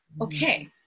Okay